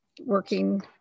working